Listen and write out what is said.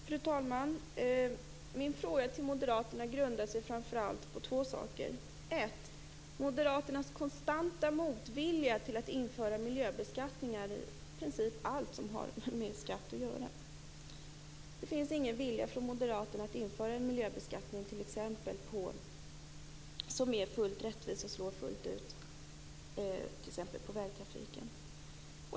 Fru talman! Min fråga till moderaterna grundar sig framför allt på två saker. Den första är moderaternas konstanta motvilja mot att införa miljöbeskattning. Den gäller i princip allt som har med skatt att göra. Det finns ingen vilja från moderaterna att införa en miljöbeskattning som är fullt rättvis och slår fullt ut på t.ex. vägtrafiken.